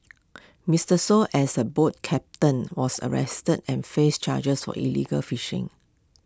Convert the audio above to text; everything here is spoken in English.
Mister Shoo as A boat captain was arrested and faced charges were illegal fishing